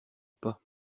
pas